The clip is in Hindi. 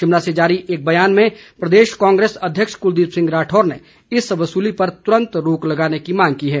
शिमला से जारी एक ब्यान में प्रदेश कांग्रेस अध्यक्ष कुलदीप सिंह राठौर ने इस वसूली पर तुरंत रोक लगाने की मांग की है